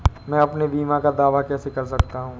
मैं अपने बीमा का दावा कैसे कर सकता हूँ?